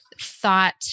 thought